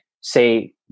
say